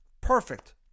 Perfect